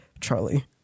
Charlie